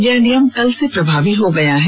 यह नियम कल से प्रभावी हो गया है